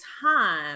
time